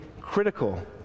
critical